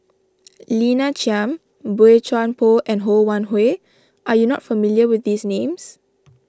Lina Chiam Boey Chuan Poh and Ho Wan Hui are you not familiar with these names